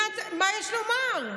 עם מי רצית שהוא ידבר?